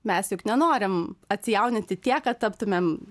mes juk nenorim atsijauninti tiek kad taptumėm